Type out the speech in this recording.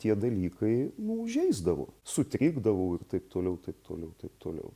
tie dalykai nu įžeisdavo sutrikdavau ir taip toliau taip toliau taip toliau